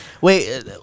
Wait